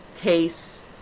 case